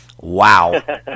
Wow